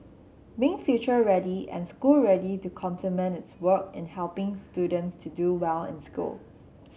being future ready and school ready to complement its work in helping students to do well in school